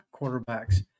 quarterbacks